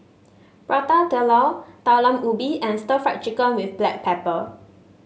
Prata Telur Talam Ubi and Stir Fried Chicken with Black Pepper